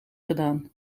gedaan